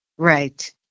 Right